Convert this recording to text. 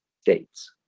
states